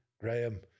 Graham